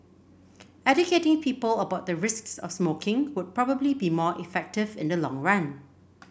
educating people about the risks of smoking would probably be more effective in the long run